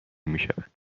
میشود